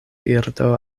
birdo